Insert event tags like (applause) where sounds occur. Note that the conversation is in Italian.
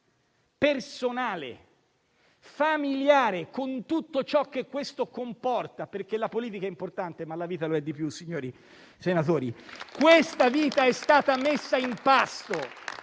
personale, familiare, con tutto ciò che questo comporta - perché la politica è importante, ma la vita lo è di più, signori senatori (applause) - questa vita è stata messa in pasto